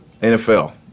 NFL